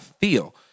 feel